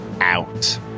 out